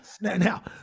now